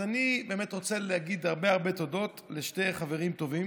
אז אני באמת רוצה להגיד הרבה הרבה תודות לשני חברים טובים,